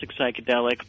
psychedelic